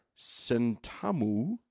Sentamu